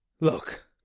Look